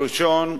הראשון,